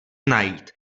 najít